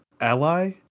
Ally